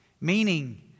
Meaning